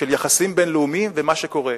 של יחסים בין-לאומיים ומה שקורה.